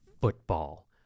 football